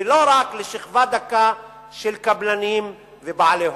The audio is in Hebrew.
ולא רק לשכבה דקה של קבלנים ובעלי הון.